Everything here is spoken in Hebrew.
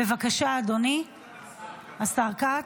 בבקשה, השר כץ.